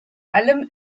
allem